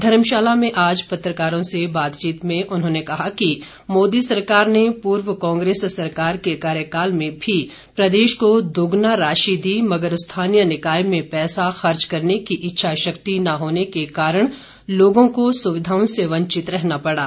धर्मशाला में आज पत्रकारों से बातचीत में उन्होंने कहा कि मोदी सरकार ने पूर्व कांग्रेस सरकार के कार्यकाल में भी प्रदेश को दोगुना राशि दी मगर स्थानीय निकाय में पैसा खर्च करने की इच्छा शक्ति न होने के कारण लोगों को सुविधाओं से वंचित रहना पड़ा